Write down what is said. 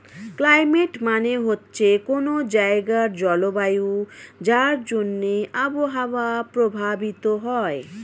climate মানে হচ্ছে কোনো জায়গার জলবায়ু যার জন্যে আবহাওয়া প্রভাবিত হয়